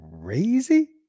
crazy